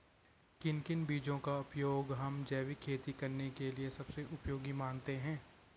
किन किन बीजों का उपयोग हम जैविक खेती करने के लिए सबसे उपयोगी मानते हैं?